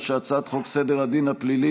חבר הכנסת ארבל?